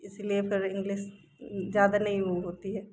इसलिए फिर इंग्लिश ज़्यादा नहीं होती है